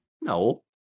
no